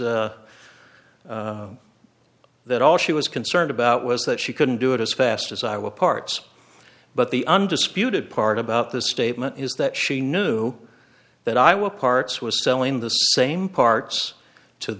this that all she was concerned about was that she couldn't do it as fast as i were parts but the undisputed part about this statement is that she knew that i will parts was selling the same parts to